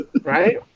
Right